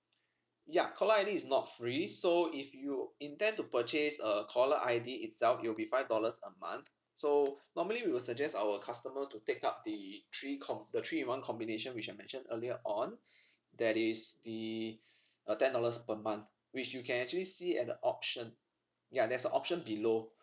ya caller I_D is not free so if you intend to purchase a caller I_D itself it'll be five dollars a month so normally we will suggest our customer to take up the three co~ the three in one combination which I mentioned earlier on that is the uh ten dollars per month which you can actually see at the option ya there's a option below